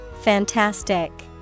Fantastic